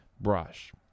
brush